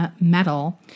Metal